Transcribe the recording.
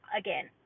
again